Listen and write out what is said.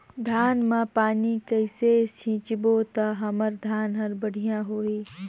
धान मा पानी कइसे सिंचबो ता हमर धन हर बढ़िया होही?